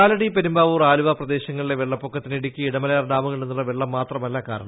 കാലടി പെരുമ്പാവൂർ ആലുവ പ്രദേശങ്ങളിലെ വെള്ളപ്പൊക്കത്തിന് ഇടുക്കി ഇടമലയാർ ഡാമുകളിൽ നിന്നുള്ള് വെള്ളം മാത്രമല്ല കാരണം